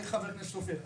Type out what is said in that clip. חבר הכנסת סופר,